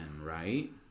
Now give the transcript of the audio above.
right